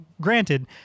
granted